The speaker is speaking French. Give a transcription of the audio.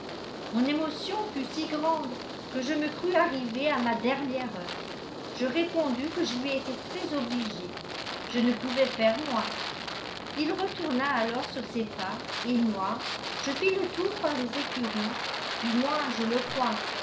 mon émotion fut si grande que je me crus arrivée à ma dernière heure je répondis que je lui étais très obligée je ne pouvais faire moins il retourna alors sur ses pas et moi je fis le tour par les écuries du moins je le crois